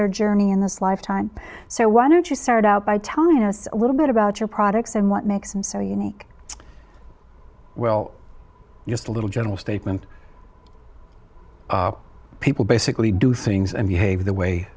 their journey in this lifetime so why don't you start out by telling us a little bit about your products and what makes them so unique well just a little general statement people basically do things and behave the way